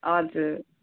हजुर